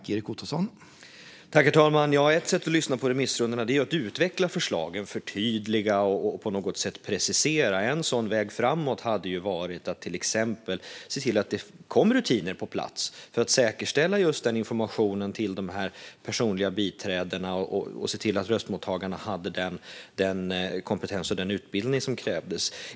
Herr talman! Ett sätt att lyssna på remissrundorna är ju att utveckla förslagen och förtydliga och precisera. En sådan väg framåt hade kunnat vara att till exempel se till att det kommer rutiner på plats för att säkerställa just informationen till de personliga biträdena och att röstmottagarna har den kompetens och utbildning som krävs.